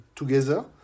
together